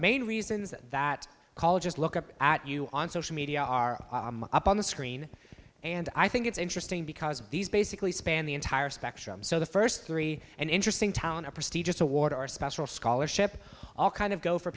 main reasons that colleges look up at you on social media are up on the screen and i think it's interesting because of these basically span the entire spectrum so the first three and interesting town a prestigious award are special scholarship all kind of go for